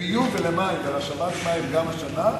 לביוב ולמים, גם השנה,